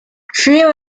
free